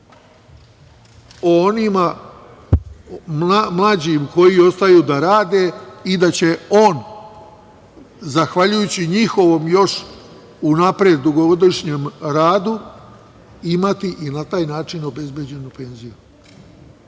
o onima mlađim koji ostaju da rade i da će on zahvaljujući njihovom još unapred dugogodišnjem radu imati i na taj način obezbeđenu penziju.